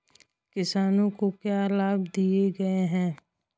किसानों को क्या लाभ दिए गए हैं?